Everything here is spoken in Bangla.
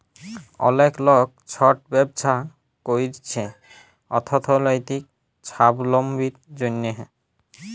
অলেক লক ছট ব্যবছা ক্যইরছে অথ্থলৈতিক ছাবলম্বীর জ্যনহে